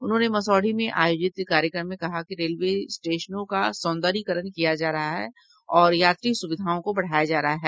उन्होंने मसौढ़ी में आयोजित कार्यक्रम में कहा कि रेलवे स्टेशनों का सौंदर्यीकरण किया जा रहा है और यात्री सुविधाओं को बढ़ाया जा रहा है